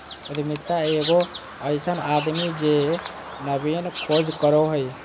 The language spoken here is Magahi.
उद्यमिता एगो अइसन आदमी जे नवीन खोज करो हइ